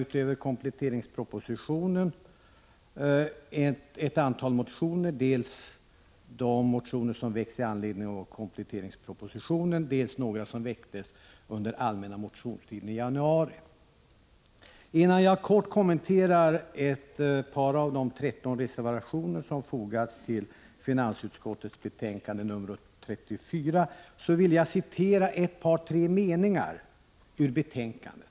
Förutom kompletteringspropositionen har vi också haft att behandla ett antal motioner — dels motioner väckta med anledning av kompletteringspropositionen, dels några motioner som väcktes under den allmänna motionstiden i januari. Innan jag går över till att kort kommentera ett par av de 13 reservationer som har fogats till finansutskottets betänkande 34 vill jag återge några meningar i detta betänkande.